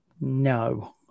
No